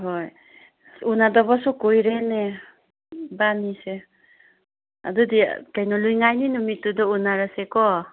ꯍꯣꯏ ꯎꯅꯗꯕꯁꯨ ꯀꯨꯏꯔꯦꯅꯦ ꯏꯕꯥꯟꯅꯤꯁꯦ ꯑꯗꯨꯗꯤ ꯀꯩꯅꯣ ꯂꯨꯏꯉꯥꯏꯅꯤ ꯅꯨꯃꯤꯠꯇꯨꯗ ꯎꯅꯔꯁꯦꯀꯣ